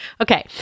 Okay